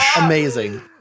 Amazing